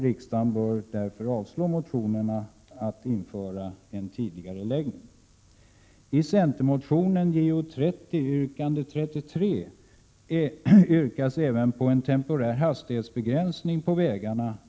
Riksdagen bör således avslå motionerna om att införa de skärpta bestämmelserna tidigare.